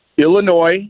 Illinois